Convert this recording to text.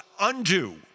undo